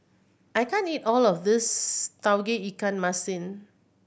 I can't eat all of this Tauge Ikan Masin